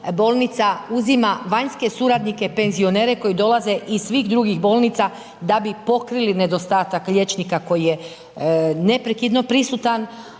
bolnica uzima vanjske suradnike penzionere koji dolaze iz svih drugih bolnica da bi pokrili nedostatak koji je neprekidno prisutan